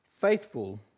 faithful